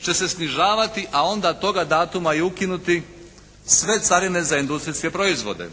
će se snižavati, a onda toga datuma i ukinuti sve carine za industrijske proizvode.